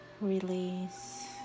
Release